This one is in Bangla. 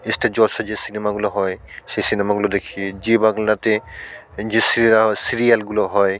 স্টার জলসায় সিনেমাগুলো হয় সে সিনেমাগুলো দেখি জি বাংলাতে যে সিরিয়াল সিরিয়ালগুলো হয়